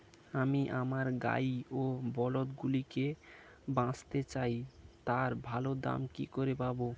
আমি আমার গাই ও বলদগুলিকে বেঁচতে চাই, তার ভালো দাম কি করে পাবো?